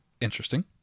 interesting